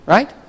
Right